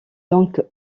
donc